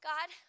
God